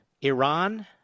Iran